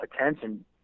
attention